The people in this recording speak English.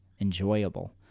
enjoyable